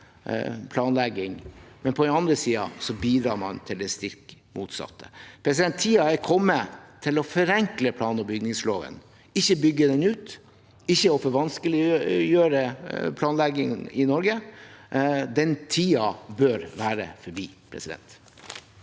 men på den andre siden bidrar til det stikk motsatte. Tiden er kommet for å forenkle plan- og bygningsloven – ikke bygge den ut, ikke vanskeliggjøre planlegging i Norge. Den tiden bør være forbi. Birgit